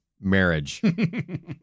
marriage